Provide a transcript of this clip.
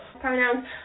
Pronouns